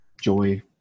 joy